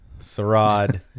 Sarad